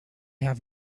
have